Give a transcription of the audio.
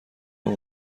اون